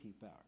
power